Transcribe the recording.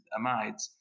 amides